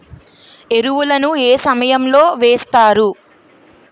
ఎరువుల ను ఏ సమయం లో వేస్తారు?